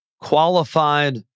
qualified